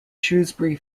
shrewsbury